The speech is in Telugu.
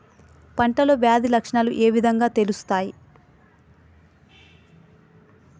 పంటలో వ్యాధి లక్షణాలు ఏ విధంగా తెలుస్తయి?